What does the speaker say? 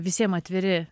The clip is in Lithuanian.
visiem atviri